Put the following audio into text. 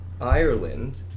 Ireland